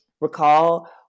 recall